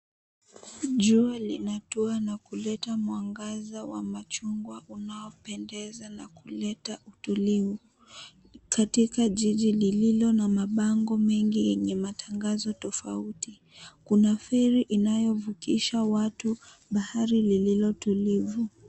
Jua linatua na kuleta mwangaza wa machungwa unaopendeza na kuleta utulivu. Katika jiji lililo na mabango mengi yenye matangazo tofauti, kuna feri inayovukisha watu bahari lililo tulivu.